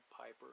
Piper